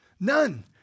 None